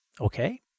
Okay